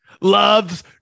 Love's